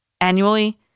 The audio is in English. annually